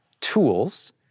tools